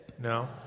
No